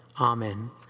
Amen